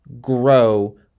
grow